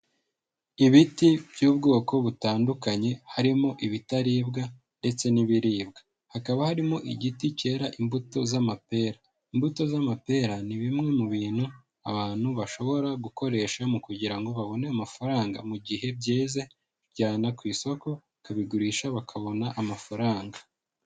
Ibiti by'ubwoko butandukanye harimo ibitaribwa ndetse n'ibiribwa, hakaba harimo igiti cyera imbuto z'amapera, imbuto z'amapera ni bimwe mu bintu abantu bashobora gukoresha mu kugira ngo babone amafaranga mu gihe byeze babijyana ku isoko bakabigurisha bakabona amafaranga.